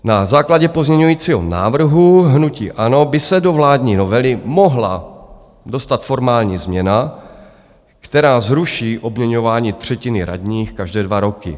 Na základě pozměňujícího návrhu hnutí ANO by se do vládní novely mohla dostat formální změna, která zruší obměňování třetiny radních každé dva roky.